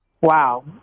Wow